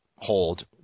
hold